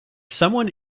someone